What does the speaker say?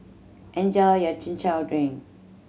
enjoy your Chin Chow drink